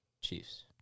Chiefs